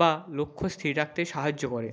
বা লক্ষ্য স্থির রাখতে সাহায্য করে